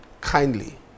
Kindly